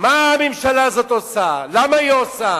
מה הממשלה הזאת עושה, למה היא עושה,